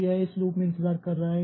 तो यह इस लूप में इंतजार कर रहा है